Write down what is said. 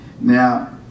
Now